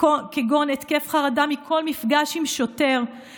כגון התקף חרדה מכל מפגש עם שוטר,